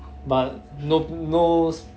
but no no